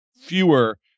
fewer